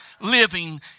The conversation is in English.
living